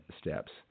steps